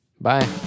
Bye